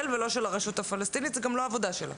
ולא של הרשות הפלסטינית וזו גם לא העבודה שלה.